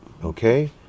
Okay